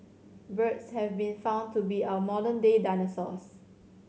birds have been found to be our modern day dinosaurs